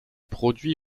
produit